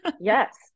Yes